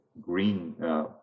green